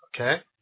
okay